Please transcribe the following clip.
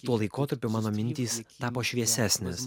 tuo laikotarpiu mano mintys tapo šviesesnės